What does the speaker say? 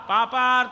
Papa